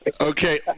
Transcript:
Okay